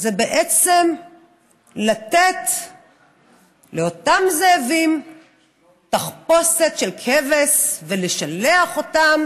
זה בעצם לתת לאותם זאבים תחפושת של כבש ולשלח אותם